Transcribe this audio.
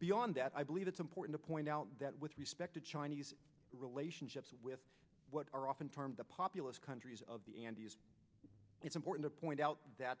beyond that i believe it's important to point out that with respect to chinese relationships with what are often termed the populous countries of the andes it's important to point out that